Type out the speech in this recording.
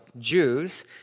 Jews